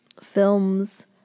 films